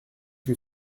que